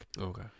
Okay